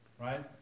Right